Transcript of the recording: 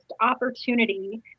opportunity